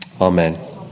Amen